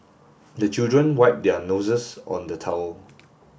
the children wipe their noses on the towel